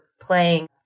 playing